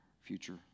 future